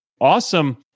awesome